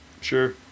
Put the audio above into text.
sure